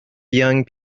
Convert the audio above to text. young